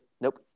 nope